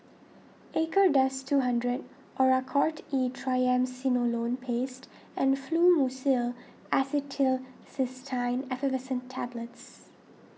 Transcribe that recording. Acardust two hundred Oracort E Triamcinolone Paste and Fluimucil Acetylcysteine Effervescent Tablets